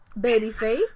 Babyface